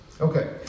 Okay